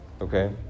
okay